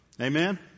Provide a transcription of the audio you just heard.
Amen